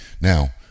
Now